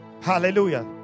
Hallelujah